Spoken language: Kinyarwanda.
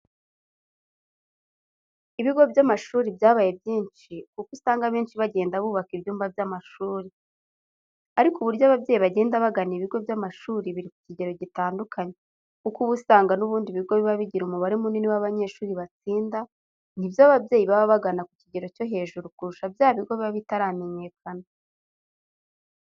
Ibigo by'amashuri byabaye byinshi kuko usanga benshi bagenda bubaka ibyumba by'amashuri. Ariko uburyo ababyeyi bagenda bagana ibigo by'amashuri biri ku kigero gitandukanye, kuko uba usanga n'ubundi ibigo biba bigira umubare munini w'abanyeshuri batsinda, ni byo ababyeyi baba bagana ku kigero cyo hejuru kurusha bya bigo biba bitaramenyekana.